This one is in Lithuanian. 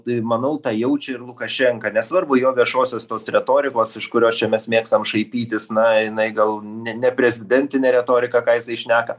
manau tą jaučia ir lukašenka nesvarbu jo viešosios tos retorikos iš kurios čia mes mėgstam šaipytis na jinai gal ne neprezidentinė retorika ką jisai šneka